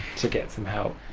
to get some help.